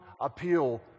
appeal